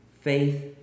faith